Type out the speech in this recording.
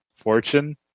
fortune